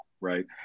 right